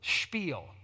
spiel